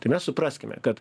tai mes supraskime kad